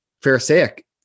Pharisaic